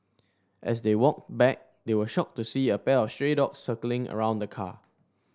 as they walked back they were shocked to see a pack of stray dogs circling around the car